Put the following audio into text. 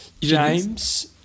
James